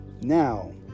Now